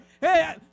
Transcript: Hey